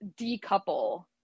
decouple